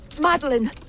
Madeline